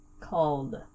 called